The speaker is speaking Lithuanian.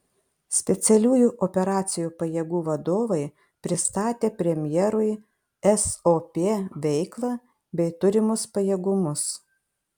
specialiųjų operacijų pajėgų vadovai pristatė premjerui sop veiklą bei turimus pajėgumus